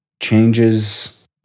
Changes